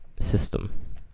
system